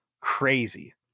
Crazy